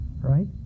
right